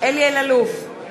אלי אלאלוף,